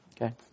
Okay